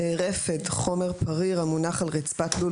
"רפד" חומר פריר המונח על רצפת לול